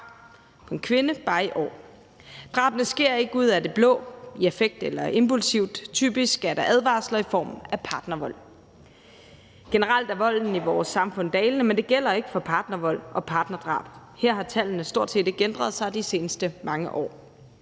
på en kvinde bare i år. Drabene sker ikke ud af det blå, i affekt eller impulsivt. Typisk er der advarsler i form af partnervold. Generelt er volden i vores samfund dalende, men det gælder ikke for partnervold og partnerdrab. Her har tallene stort set ikke ændret sig de seneste mange år.